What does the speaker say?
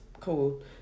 Cool